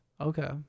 Okay